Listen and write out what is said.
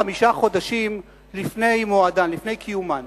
חמישה חודשים לפני מועדן, לפני קיומן.